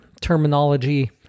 terminology